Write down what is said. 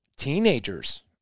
Teenagers